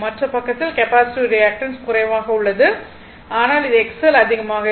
மற்ற பக்கத்தில் capacitive reactance குறைவாக உள்ளது ஆனால் இது XL அதிகமாக இருக்கும்